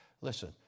listen